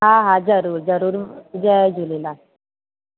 हा ज़रूर जरूर जय झूलेलाल